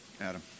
Adam